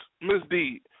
misdeed